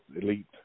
elite